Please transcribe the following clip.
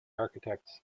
architects